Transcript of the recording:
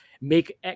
make